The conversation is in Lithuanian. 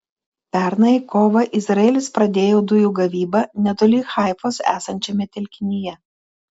pernai kovą izraelis pradėjo dujų gavybą netoli haifos esančiame telkinyje